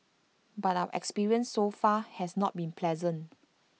but our experience so far has not been pleasant